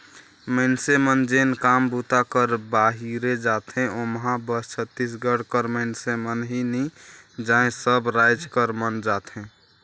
मइनसे मन जेन काम बूता करे बाहिरे जाथें ओम्हां बस छत्तीसगढ़ कर मइनसे मन ही नी जाएं सब राएज कर मन जाथें